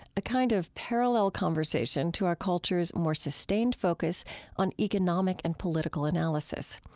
a kind of parallel conversation to our culture's more sustained focus on economic and political analysis.